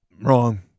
Wrong